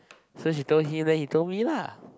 so she told him then she told me lah